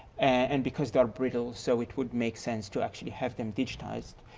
and because they are brittle, so it would make sense to actually have them digitized.